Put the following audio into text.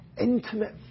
Intimate